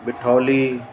Bithauli